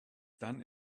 done